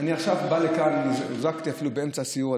אני עכשיו בא לכאן, הוזעקתי אפילו באמצע הסיור.